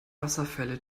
wasserfälle